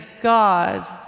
God